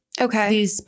Okay